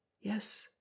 yes